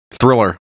Thriller